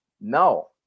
no